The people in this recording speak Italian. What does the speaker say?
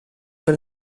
per